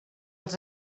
els